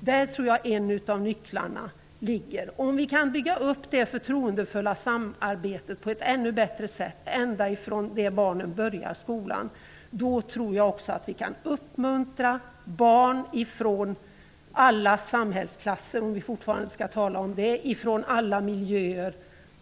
Där tror jag att en av nycklarna ligger. Om vi kan bygga upp det förtroendefulla samarbetet på ett ännu bättre sätt, ända från det att barnen börjar skolan, tror jag att vi också kan uppmuntra barn från alla samhällsklasser -- om vi fortfarande skall tala om det begreppet -- och från alla miljöer